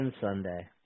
Sunday